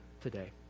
today